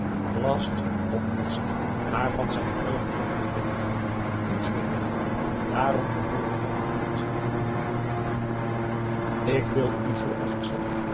last not least maar van zijn vreugde mocht de pretendent niets bemerken daarom vervolgde hij met ernst en aandoening ik wil u zooals ik zeg